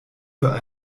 für